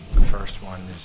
the first one